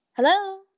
Hello